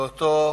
לאותו